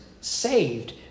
saved